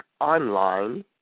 online